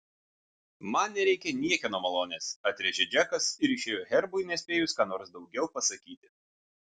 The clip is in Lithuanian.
man nereikia niekieno malonės atrėžė džekas ir išėjo herbui nespėjus ką nors daugiau pasakyti